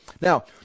now